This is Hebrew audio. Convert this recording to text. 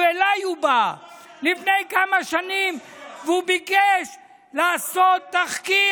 שאליי הוא בא לפני כמה שנים וביקש לעשות תחקיר